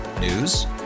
News